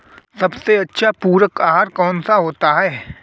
सबसे अच्छा पूरक आहार कौन सा होता है?